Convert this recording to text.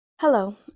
Hello